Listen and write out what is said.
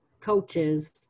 coaches